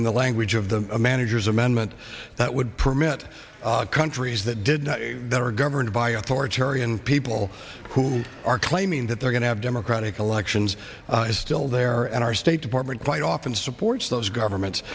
in the language of the manager's amendment that would permit countries that did that are governed by authoritarian people who are claiming that they're going to have democratic elections is still there and our state department quite often supports those governments